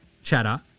chatter